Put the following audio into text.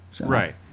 Right